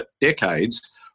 decades